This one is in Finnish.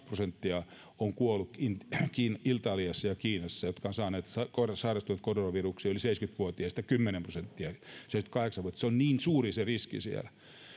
prosenttia on kuollut italiassa ja kiinassa niistä jotka ovat sairastuneet koronavirukseen ja seitsemänkymmentä viiva kahdeksankymmentä vuotiaista kymmenen prosenttia se on niin suuri se riski siellä